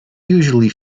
usually